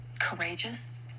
courageous